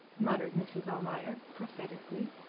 muttered mrs. almayer, prophetically.